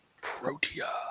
Protea